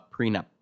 prenup